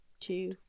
two